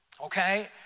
okay